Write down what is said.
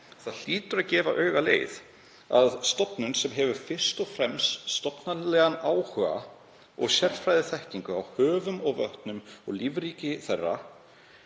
það hlýtur að gefa augaleið að stofnun sem hefur fyrst og fremst stofnanalegan áhuga og sérfræðiþekkingu á höfum og vötnum og lífríki þeirra